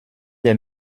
des